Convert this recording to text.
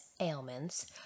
ailments